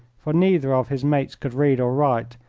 for neither of his mates could read or write,